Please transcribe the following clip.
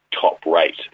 top-rate